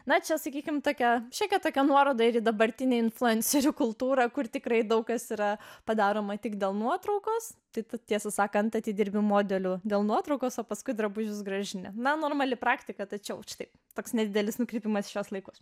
na čia sakykime tokią šiokia tokia nuoroda ir į dabartinę influencerių kultūrą kur tikrai daug kas yra padaroma tik dėl nuotraukos tai tu tiesą sakant atidirbi modeliu dėl nuotraukos o paskui drabužius grąžina na normali praktika tačiau štai toks nedidelis nukrypimas šiuos laikus